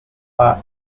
pot